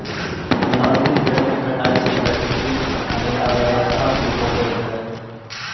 अंधाधुंध पेड़ों की कटाई से प्रकृति में अव्यवस्था सी हो गईल हई